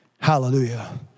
Hallelujah